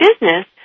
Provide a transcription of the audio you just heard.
business